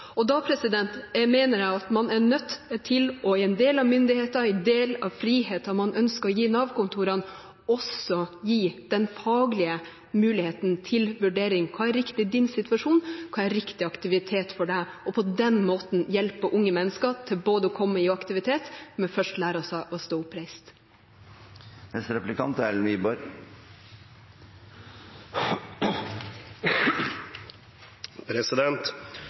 mener jeg at man er nødt til som en del av myndigheten, som en del av friheten man ønsker å gi Nav-kontorene, også å gi den faglige muligheten til vurdering: Hva er riktig i din situasjon? Hva er riktig aktivitet for deg? På den måten hjelper man unge mennesker til å komme i aktivitet, men først må de lære seg å stå oppreist. Først: Jeg er